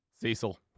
Cecil